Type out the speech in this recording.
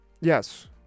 yes